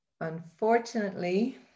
Unfortunately